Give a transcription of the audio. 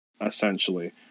essentially